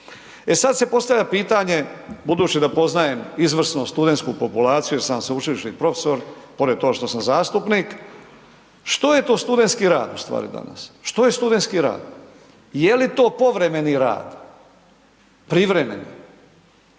E sad se postavlja pitanje, budući da poznajem izvrsnu studentsku populaciju jer sam sveučilišni profesor, pored toga što sam zastupnik. Što je to studentski rad ustvari danas? Što je studenski rad? Je li to povremeni rad? Privremeni?